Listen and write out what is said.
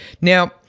now